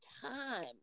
time